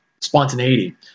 spontaneity